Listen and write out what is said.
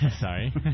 sorry